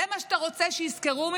זה מה שאתה רוצה שיזכרו ממך?